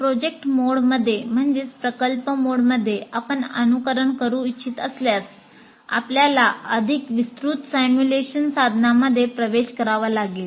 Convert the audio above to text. project मोडमध्ये आपण अनुकरण करू इच्छित असल्यास आपल्याला अधिक विस्तृत सिम्युलेशन साधनांमध्ये प्रवेश करावा लागेल